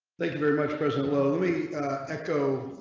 they very much present load me echo.